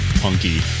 punky